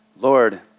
Lord